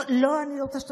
לא הגעתם